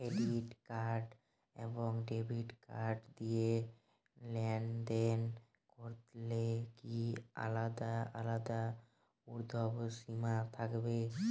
Credit card এবং debit card দিয়ে লেনদেন করলে কি আলাদা আলাদা ঊর্ধ্বসীমা থাকবে?